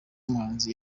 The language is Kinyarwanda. muhanzi